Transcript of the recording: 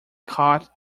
caught